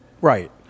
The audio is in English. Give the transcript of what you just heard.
Right